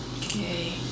Okay